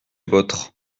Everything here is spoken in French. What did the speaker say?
vôtres